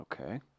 Okay